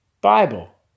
Bible